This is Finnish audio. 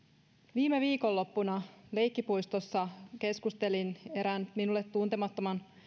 viime viikonloppuna leikkipuistossa keskustelin erään minulle tuntemattoman